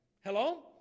Hello